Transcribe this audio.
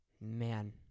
man